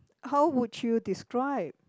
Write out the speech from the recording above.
how would you describe